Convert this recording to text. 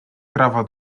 trawa